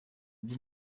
ibyo